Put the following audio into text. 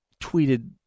tweeted